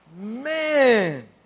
Man